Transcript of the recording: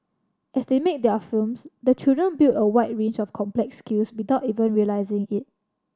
as they make their films the children build a wide range of complex skills without even realising it